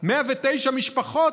109 משפחות,